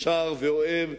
ישר ואוהב,